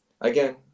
Again